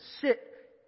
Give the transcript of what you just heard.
sit